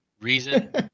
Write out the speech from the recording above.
reason